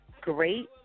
great